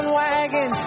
wagon